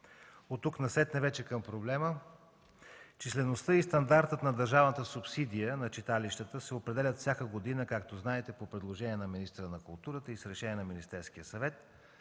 От тук насетне – към проблема. Числеността и стандартът на държавната субсидия на читалищата се определят всяка година, както знаете, по предложение на министъра на културата и с решение на Министерския съвет